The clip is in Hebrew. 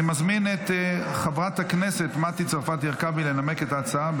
אני מזמין את חברת הכנסת מטי צרפתי הרכבי לנמק את ההצעה,